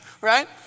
right